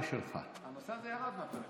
הנושא הזה ירד מהפרק.